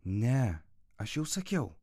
ne aš jau sakiau